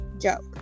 joke